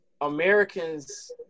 Americans